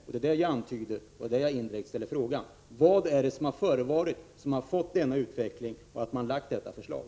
Det är det jag antyder, och det är därför som jag frågar: Vad har föranlett detta förslag?